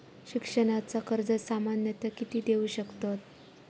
शिक्षणाचा कर्ज सामन्यता किती देऊ शकतत?